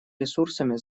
ресурсами